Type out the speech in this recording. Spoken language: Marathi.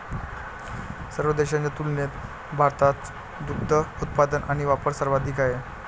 सर्व देशांच्या तुलनेत भारताचा दुग्ध उत्पादन आणि वापर सर्वाधिक आहे